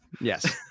Yes